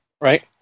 Right